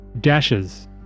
dashes